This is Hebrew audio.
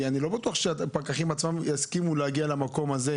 אני לא בטוח שהפקחים יסכימו להגיע למקום הזה,